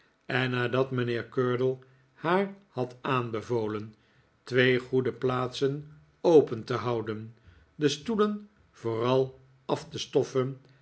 en nadat mijnheer curdle haar had aanbevolen twee goede plaatsen open te houden de stoelen vooral af te stoffen